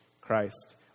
Christ